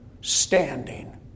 standing